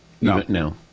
No